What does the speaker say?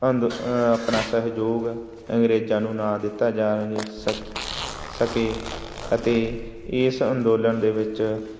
ਅੰਦ ਆਪਣਾ ਸਹਿਯੋਗ ਅੰਗਰੇਜ਼ਾਂ ਨੂੰ ਨਾ ਦਿੱਤਾ ਜਾ ਰਹੇ ਸਕ ਸਕੇ ਅਤੇ ਇਸ ਅੰਦੋਲਨ ਦੇ ਵਿੱਚ